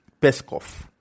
Peskov